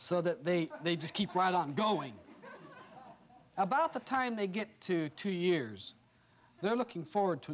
so that they they just keep right on going about the time they get to two years they're looking forward to